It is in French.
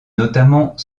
notamment